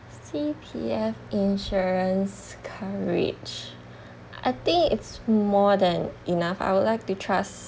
C_P_F insurance coverage I think it's more than enough I would like to trust